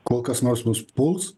kol kas nors mus puls